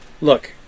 look